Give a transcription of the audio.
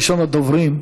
ראשון הדוברים,